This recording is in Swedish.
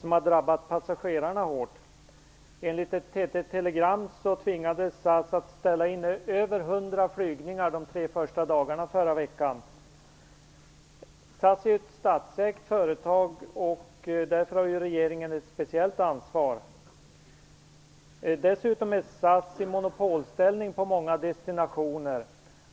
som har drabbat passagerarna hårt. SAS är ett statsägt företag. Därför har regeringen ett speciellt ansvar. Dessutom är SAS i monopolställning på många destinationer.